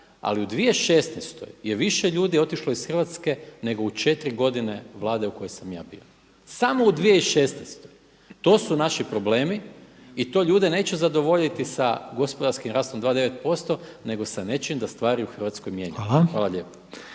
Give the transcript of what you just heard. Ali u 2016. je više ljudi otišlo iz Hrvatske nego u 4 godine Vlade u kojoj sam ja bio. Samo u 2016. To su naši problemi i to ljude neće zadovoljiti sa gospodarskim rastom 2,9% nego sa nečim da stvari u Hrvatskoj mijenjamo. Hvala lijepo.